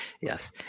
Yes